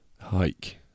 Hike